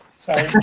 sorry